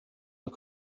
und